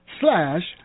slash